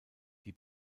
die